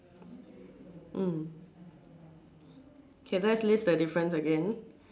mm okay let's list the difference again